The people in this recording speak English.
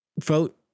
vote